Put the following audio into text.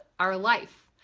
our life.